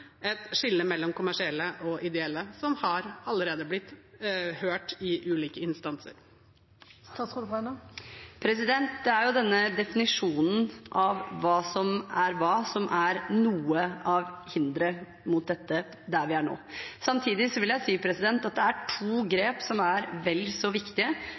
et skille mellom kommersielle og ideelle, som allerede har blitt hørt i ulike instanser? Det er denne definisjonen av hva som er hva som er noe av hinderet mot dette der vi er nå. Samtidig vil jeg si at det er to grep som er vel så viktige.